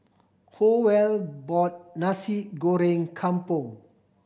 Howell bought Nasi Goreng Kampung